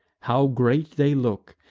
how great they look!